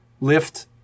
lift